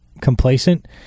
complacent